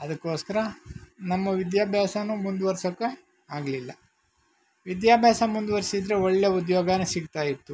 ಅದಕ್ಕೋಸ್ಕರ ನಮ್ಮ ವಿದ್ಯಾಭ್ಯಾಸನೂ ಮುಂದುವರ್ಸೋಕ್ಕೆ ಆಗಲಿಲ್ಲ ವಿದ್ಯಾಭ್ಯಾಸ ಮುಂದುವರಿಸಿದ್ರೆ ಒಳ್ಳೆಯ ಉದ್ಯೋಗವೇ ಸಿಗ್ತಾ ಇತ್ತು